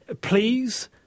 Please